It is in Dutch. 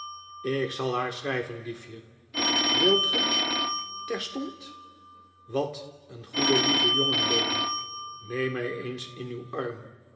ik zal haar schrijven liefje wilt ge terstond wat een goede lieve jongen doady neem mij eens in uw arm